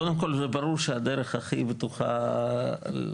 קודם כל זה ברור שהדרך הכי בטוחה לנסות